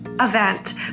event